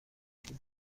هفته